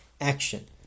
action